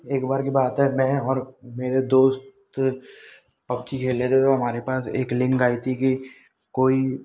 एक बार की बात है मैं और मेरे दोस्त पब्जी खेल रहे थे तो हमारे पास एक लिंक आई थी कि कोई